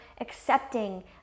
accepting